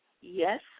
Yes